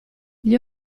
gli